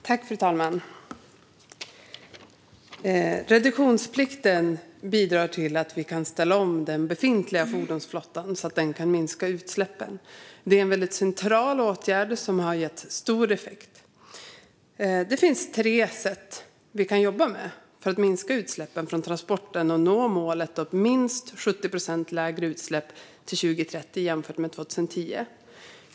Fru talman! Reduktionsplikten bidrar till att vi kan ställa om den befintliga fordonsflottan, så att den kan minska utsläppen. Det är en central åtgärd som har gett stor effekt. Det finns tre sätt vi kan jobba med för att minska utsläppen från transporterna och nå målet om minst 70 procent lägre utsläpp till 2030 jämfört med 2010.